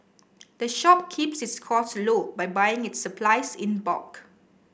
the shop keeps its costs low by buying its supplies in bulk